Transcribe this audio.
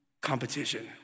competition